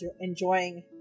enjoying